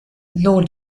law